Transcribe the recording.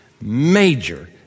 major